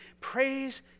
praise